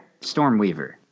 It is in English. Stormweaver